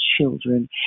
children